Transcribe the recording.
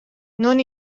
non